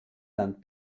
land